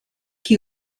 qui